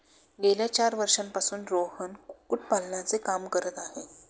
गेल्या चार वर्षांपासून रोहन कुक्कुटपालनाचे काम करत आहे